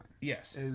Yes